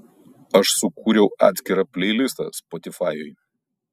aš sukūriau atskirą pleilistą spotifajuj